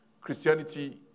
Christianity